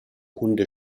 hunde